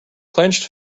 clenched